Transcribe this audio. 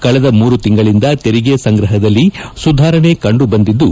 ಕಳೆದ ಮೂರು ತಿಂಗಳಿಂದ ತೆರಿಗೆ ಸಂಗ್ರಹದಲ್ಲಿ ಸುಧಾರಣೆ ಕಂಡುಬಂದಿದ್ದು